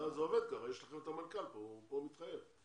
זה עובד ככה, יש לכם את המנכ"ל פה, הוא מתחייב פה.